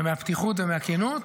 מהפתיחות והכנות,